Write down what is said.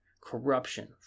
corruption